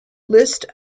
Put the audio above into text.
list